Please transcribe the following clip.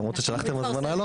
למרות ששלחתם הזמנה לא,